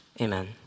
Amen